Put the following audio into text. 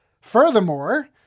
Furthermore